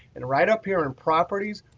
and write up here in properties,